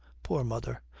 poor mother,